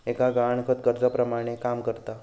एक गहाणखत कर्जाप्रमाणे काम करता